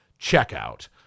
checkout